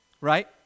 right